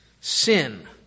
Sin